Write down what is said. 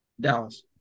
Dallas